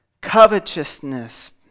covetousness